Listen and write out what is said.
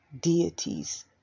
Deities